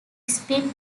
spin